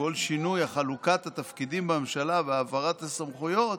כל שינוי חלוקת התפקידים בממשלה והעברת הסמכויות,